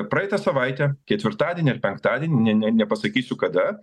praeitą savaitę ketvirtadienį ir penktadienį ne nepasakysiu kada